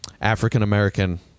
African-American